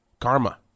karma